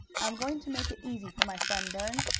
i am going to make it easy for my friend, burns,